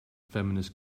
feminist